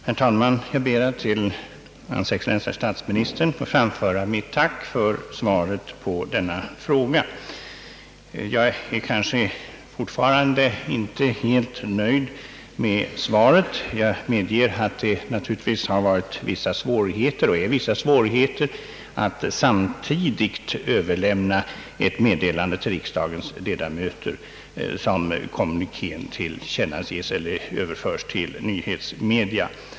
Herr talman! Jag ber att till hans excellens herr statsministern få framföra mitt tack för svaret på denna fråga. Jag är kanske fortfarande inte helt nöjd. Jag medger att det naturligtvis har varit och är vissa svårigheter med att samtidigt överlämna ett meddelan de till riksdagens ledamöter som kommunikén tillkännages eller överförs till nyhetsmedia.